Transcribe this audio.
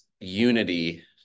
unity